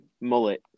mullet